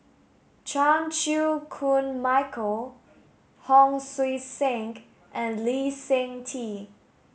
Chan Chew Koon Michael Hon Sui Sen and Lee Seng Tee